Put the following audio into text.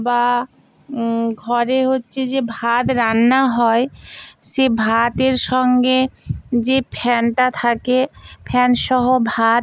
বা ঘরে হচ্ছে যে ভাত রান্না হয় সেই ভাতের সঙ্গে যে ফ্যানটা থাকে ফ্যান সহ ভাত